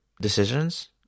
decisions